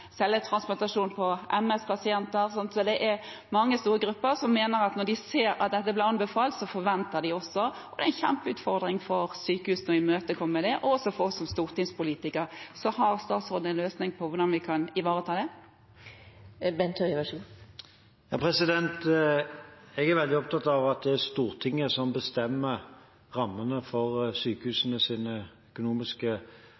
er celletransplantasjon for MS-pasienter – det er mange store grupper som når de ser at dette blir anbefalt, har forventninger. Det er en kjempeutfordring for sykehusene å imøtekomme det, og også for oss som stortingspolitikere. Har statsråden en løsning på hvordan vi kan ivareta det? Jeg er veldig opptatt av at det er Stortinget som bestemmer de økonomiske rammene for